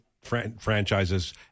franchises